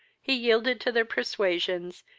he yielded to their persuasions,